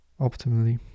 optimally